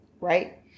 right